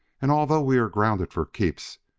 and although we are grounded for keeps,